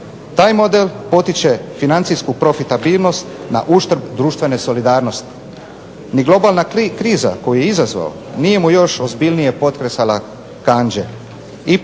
Taj model potiče financijsku profitabilnost na uštrb društvene solidarnosti. Ni globalna kriza koju je izazvao nije mu još ozbiljnije potkresala kandže.